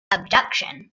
abduction